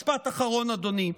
משפט אחרון, אדוני.